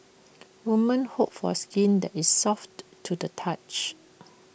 women hope for skin that is soft to the touch